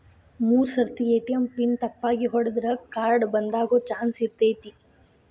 ಮೂರ್ ಸರ್ತಿ ATM PIN ತಪ್ಪಾಗಿ ಹೊಡದ್ರ ಕಾರ್ಡ್ ಬಂದಾಗೊ ಚಾನ್ಸ್ ಇರ್ತೈತಿ